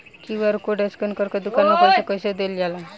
QR code scan करके दुकान में पईसा कइसे देल जाला?